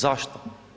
Zašto?